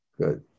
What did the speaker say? Good